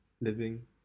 living